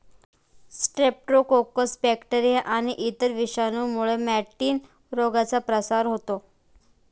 Streptococcus bacteria आणि इतर विषाणूंमुळे मॅटिन रोगाचा प्रसार होतो